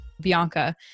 Bianca